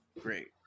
Great